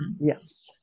Yes